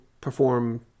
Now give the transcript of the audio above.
perform